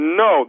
no